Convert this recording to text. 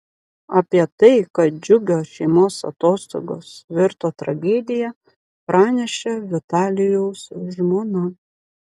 apie tai kad džiugios šeimos atostogos virto tragedija pranešė vitalijaus žmona